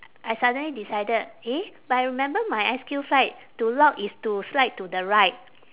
I suddenly decided eh but I remember my S_Q flight to lock is to slide to the right